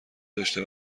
داشته